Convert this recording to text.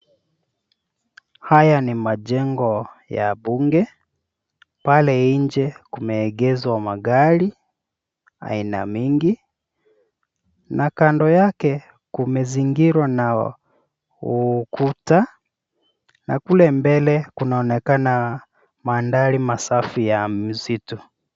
Haya ni majengo ya bunge. Pale nje kumeegeashwa magari aina mingi na kando yake kumezingirwa na ukuta na kule mbele kunaonekana mandhari masafi ya msitu.